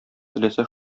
теләсә